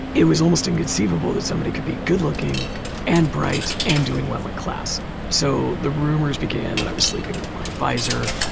it was almost inconceivable that someone could be good looking and bright and doing well in class so the rumors began that i was sleeping with my advisor.